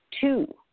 Two